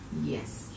Yes